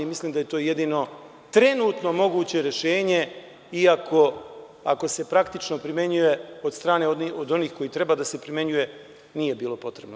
Mislim da je to jedino trenutno moguće rešenje i ako se praktično primenjuje od strane od onih koji treba da se primenjuje nije bilo potrebno.